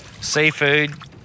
seafood